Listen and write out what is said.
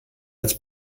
als